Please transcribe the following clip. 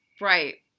Right